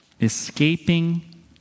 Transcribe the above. Escaping